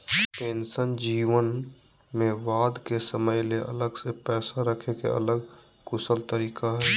pension जीवन में बाद के समय ले अलग से पैसा रखे के एक कुशल तरीका हय